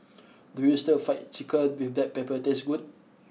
does Stir Fry Chicken with black pepper taste good